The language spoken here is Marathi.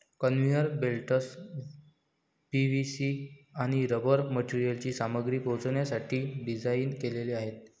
कन्व्हेयर बेल्ट्स पी.व्ही.सी आणि रबर मटेरियलची सामग्री पोहोचवण्यासाठी डिझाइन केलेले आहेत